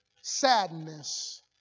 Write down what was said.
sadness